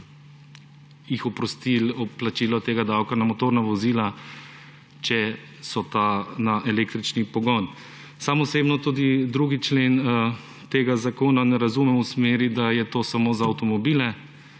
plačila tega davka na motorna vozila, če so ta na električni pogon. Sam osebno tudi 2. člena tega zakona ne razumem v smeri, da je to samo za avtomobile,